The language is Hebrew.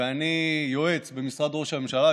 אני יועץ במשרד ראש הממשלה,